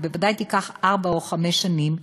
היא בוודאי תיקח ארבע או חמש שנים,